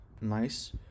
nice